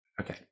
Okay